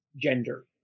gender